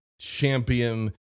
champion